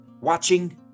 watching